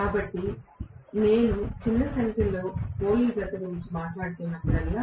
కాబట్టి నేను చిన్న సంఖ్యలో పోల్ ల గురించి మాట్లాడుతున్నప్పుడల్లా